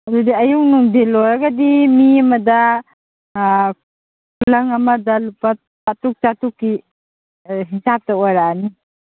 ꯑꯗꯨꯗꯤ ꯑꯌꯨꯛ ꯅꯨꯡꯊꯤꯟ ꯑꯣꯏꯔꯒꯗꯤ ꯃꯤ ꯑꯃꯗ ꯈꯨꯂꯪ ꯑꯃ ꯂꯨꯄꯥ ꯆꯥꯇꯔꯨꯛ ꯆꯥꯇꯔꯨꯛꯀꯤ ꯍꯤꯟꯆꯥꯞꯇ ꯑꯣꯏꯔꯛꯑꯅꯤ